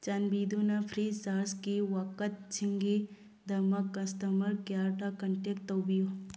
ꯆꯥꯟꯕꯤꯗꯨꯅ ꯐ꯭ꯔꯤ ꯆꯥꯔꯖꯀꯤ ꯋꯥꯀꯠꯁꯤꯡꯒꯤ ꯗꯃꯛ ꯀꯁꯇꯃꯔ ꯀꯤꯌꯥꯔꯗ ꯀꯟꯇꯦꯛ ꯇꯧꯕꯤꯌꯨ